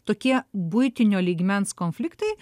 tokie buitinio lygmens konfliktai